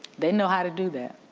they know how to do that.